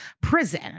prison